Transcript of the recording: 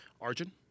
Arjun